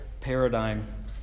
paradigm